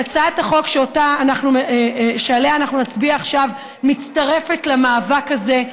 הצעת החוק שעליה אנחנו נצביע עכשיו מצטרפת למאבק הזה.